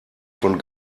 von